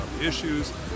issues